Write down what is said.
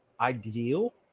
Ideal